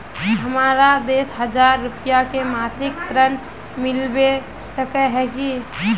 हमरा दस हजार रुपया के मासिक ऋण मिलबे सके है की?